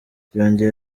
yongeye